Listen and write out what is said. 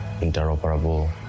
interoperable